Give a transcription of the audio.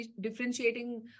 differentiating